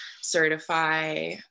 certify